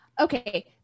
Okay